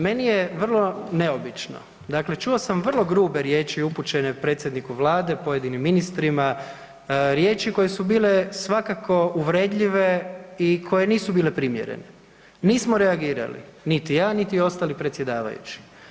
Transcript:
Meni je vrlo neobično, dakle čuo sam vrlo grube riječi upućene predsjedniku Vlade, pojedinim ministrima, riječi koje su bile svakako uvredljive i koje nisu bile primjerene, nismo reagirali, niti ja, niti ostali predsjedavajući.